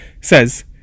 says